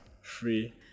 free